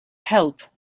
help